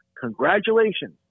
Congratulations